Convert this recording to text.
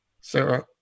Sarah